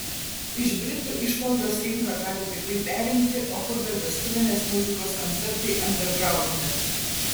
iš britų išmaldos rinką gali tikrai perimti o kur dar vestuvinės muzikos koncertai andergraunde